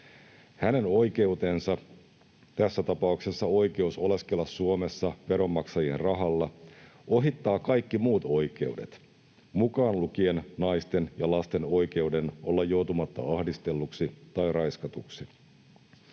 Hänen oikeutensa, tässä tapauksessa oikeus oleskella Suomessa veronmaksajien rahalla, ohittaa kaikki muut oikeudet, mukaan lukien naisten ja lasten oikeuden olla joutumatta ahdistelluksi tai raiskatuksi.